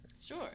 Sure